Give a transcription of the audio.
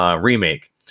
Remake